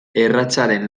erratzaren